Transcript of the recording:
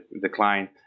decline